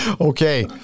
Okay